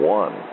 one